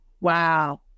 Wow